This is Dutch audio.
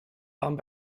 aan